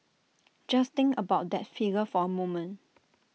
just think about that figure for A moment